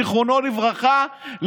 זיכרונו לברכה,